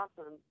awesome